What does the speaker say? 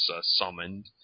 summoned